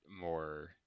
more